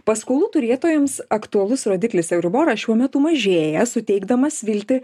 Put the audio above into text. paskolų turėtojams aktualus rodiklis euriboras šiuo metu mažėja suteikdamas viltį